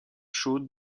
chaude